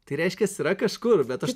tai reiškias yra kažkur bet aš